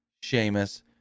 Sheamus